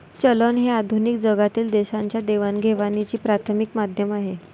चलन हे आधुनिक जगातील देशांच्या देवाणघेवाणीचे प्राथमिक माध्यम आहे